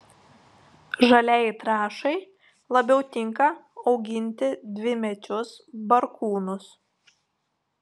žaliajai trąšai labiau tinka auginti dvimečius barkūnus